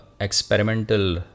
experimental